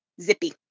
zippy